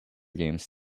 games